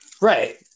Right